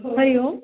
hello